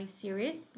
series